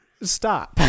Stop